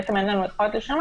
בעצם אין לנו יכולת לשנות,